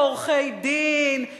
לעורכי-דין,